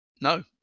No